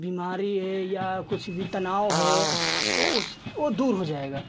बीमारी है या कुछ भी तनाव है तो उस वह दूर हो जाएगा